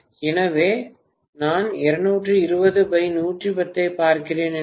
எனவே நான் 220 110 ஐப் பார்க்கிறேன் என்றால்